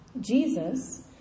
Jesus